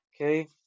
Okay